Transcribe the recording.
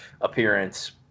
appearance